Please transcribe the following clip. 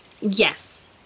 Yes